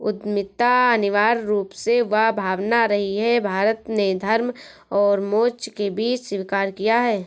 उद्यमिता अनिवार्य रूप से वह भावना रही है, भारत ने धर्म और मोक्ष के बीच स्वीकार किया है